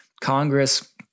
Congress